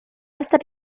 estat